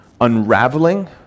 unraveling